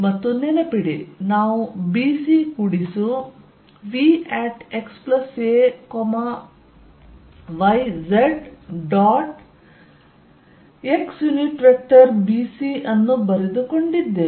ಮತ್ತು ನೆನಪಿಡಿ ನಾವು bc ಕೂಡಿಸು vx a yz dot xbc ಅನ್ನು ಬರೆದುಕೊಂಡಿದ್ದೇವೆ